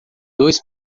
dois